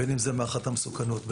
בין מהערכת המסוכנות,